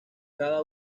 cada